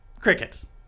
crickets